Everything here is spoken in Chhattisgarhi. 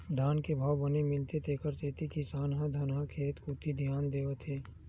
धान के भाव बने मिलथे तेखर सेती किसान ह धनहा खेत कोती धियान देवत हे